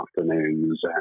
afternoons